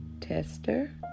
tester